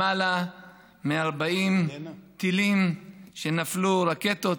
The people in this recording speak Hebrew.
למעלה מ-40 טילים, רקטות